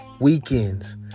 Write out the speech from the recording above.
weekends